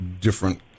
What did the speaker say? different